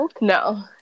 no